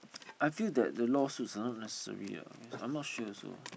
I feel that the lawsuits are not necessary ah I'm not sure also